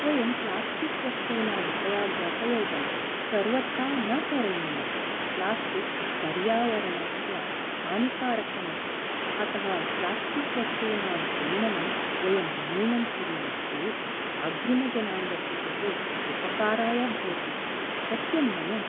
वयं प्लास्टिक् वस्तूनाम् उपया उपयोगं सर्वथा न करणीय प्लास्टिक् पर्यावरणस्य हानिकारकम् अस्ति अतः प्लास्टिक् वस्तूनां क्रीणनं वयं न्यूनं कुर्मः चेत् अग्रीम जनाङ्गस्य कृते उपकाराय भवति सत्यं ननु